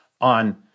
on